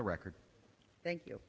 the record thank you